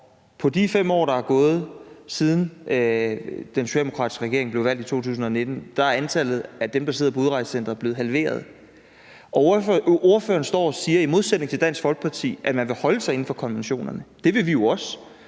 på de 5 år, der er gået, siden den socialdemokratiske regering blev valgt i 2019, er antallet af dem, der sidder på udrejsecentrene, blevet halveret. Ordføreren står og siger, at man i modsætning til Dansk Folkeparti vil holde sig inden for konventionerne. Det vil vi i